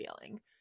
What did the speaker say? feeling